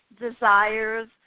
desires